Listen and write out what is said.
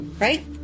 right